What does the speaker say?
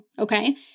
okay